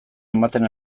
ematen